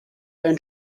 ein